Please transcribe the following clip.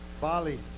Bali